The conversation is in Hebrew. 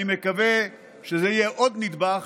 אני מקווה שזה יהיה עוד נדבך